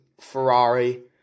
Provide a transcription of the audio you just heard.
Ferrari